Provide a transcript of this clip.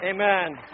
Amen